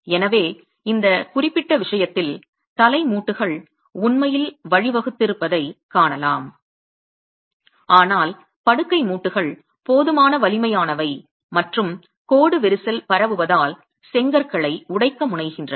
எனவே இந்த குறிப்பிட்ட விஷயத்தில் தலை மூட்டுகள் உண்மையில் வழிவகுத்திருப்பதைக் காணலாம் ஆனால் படுக்கை மூட்டுகள் போதுமான வலிமையானவை மற்றும் கோடு விரிசல் பரவுவதால் செங்கற்களை உடைக்க முனைகின்றன